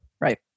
Right